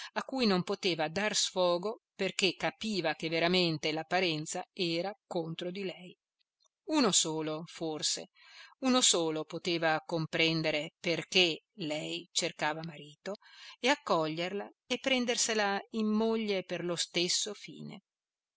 a cui non poteva dar sfogo perché capiva che veramente l'apparenza era contro di lei uno solo forse uno solo poteva comprendere perché lei cercava marito e accoglierla e prendersela in moglie per lo stesso fine